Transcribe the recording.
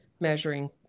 measuring